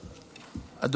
2023, של חבר הכנסת אלי דלל.